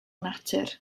natur